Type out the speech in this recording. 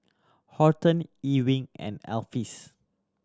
Horton Ewing and Alpheus